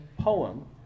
poem